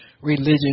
religion